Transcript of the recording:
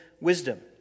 wisdom